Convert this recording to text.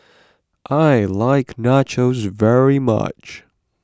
I like Nachos very much